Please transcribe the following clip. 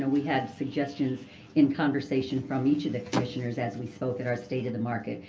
and we had suggestions in conversation from each of the commissioners as we spoke at our state of the market